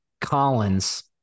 Collins